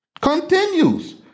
continues